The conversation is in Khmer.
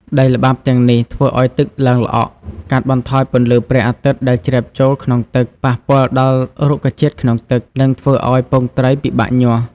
ដីល្បាប់ទាំងនេះធ្វើឱ្យទឹកឡើងល្អក់ កាត់បន្ថយពន្លឺព្រះអាទិត្យដែលជ្រាបចូលក្នុងទឹក ប៉ះពាល់ដល់រុក្ខជាតិក្នុងទឹក និងធ្វើឱ្យពងត្រីពិបាកញាស់។